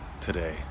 today